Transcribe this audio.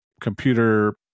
computer